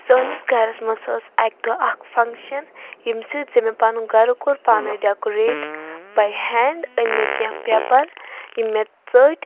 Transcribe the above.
سٲنِس گَرَس مَنٛز ٲس اکہ دۄہ اکھ فنگشَن ییٚمہِ سۭتۍ زِ مےٚ پَنُن گَرٕ کوٚر پانے ڈیٚکُریٹ باے ہینٛڈ أنۍ مےٚ کینٛہہ پیپَر یِم مےٚ ژٔٹۍ